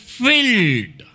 filled